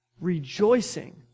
Rejoicing